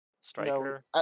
Striker